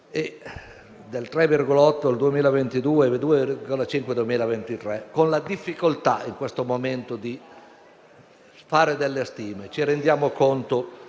del 2,5 per cento nel 2023, con la difficoltà in questo momento di fare delle stime. Ci rendiamo conto